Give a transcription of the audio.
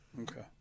Okay